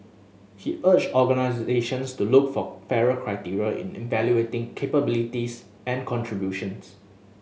he urged organisations to look for fairer criteria in evaluating capabilities and contributions